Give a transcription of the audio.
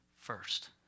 first